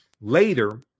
Later